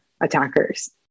attackers